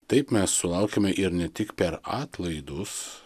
taip mes sulaukiame ir ne tik per atlaidus